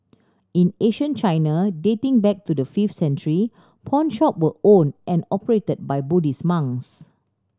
in ancient China dating back to the fifth century pawnshop were owned and operated by Buddhist monks